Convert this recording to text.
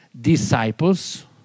disciples